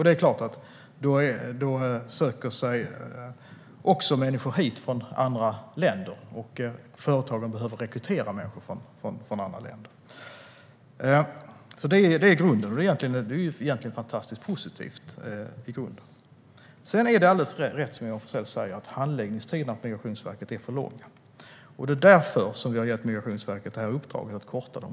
Då söker sig självklart också människor hit från andra länder, och företagen behöver rekrytera människor från andra länder. Det är grunden, och det är egentligen fantastiskt positivt. Sedan är det alldeles rätt, som jag har försökt säga, att handläggningstiderna på Migrationsverket är för långa. Det är därför vi har gett Migrationsverket det här uppdraget att korta dem.